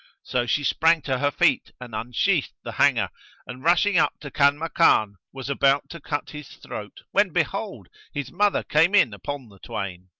so she sprang to her feet and unsheathed the hanger and rushing up to kanmakan, was about to cut his throat when behold, his mother came in upon the twain.